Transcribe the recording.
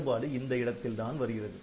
வேறுபாடு இந்த இடத்தில்தான் வருகிறது